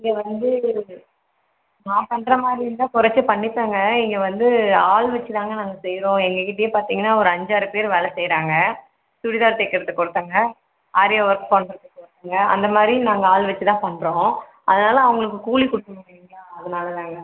இங்கே வந்து நான் பண்ணுற மாதிரி இருந்தால் குறைச்சி பண்ணிப்பேங்க இங்கே வந்து ஆள் வச்சு தாங்க நாங்கள் செய்கிறோம் எங்கக்கிட்டையே பார்த்தீங்கன்னா ஒரு அஞ்சாறு பேர் வேலை செய்கிறாங்க சுடிதார் தைக்கறத்துக்கு ஒருத்தங்க ஆரி ஒர்க் பண்ணுறத்துக்கு ஒருத்தவங்க அந்தமாதிரி நாங்கள் ஆள் வச்சிதான் பண்ணுறோம் அதனால் அவங்களுக்கு கூலி கொடுக்கணும் இல்லைங்களா அதனால் தாங்க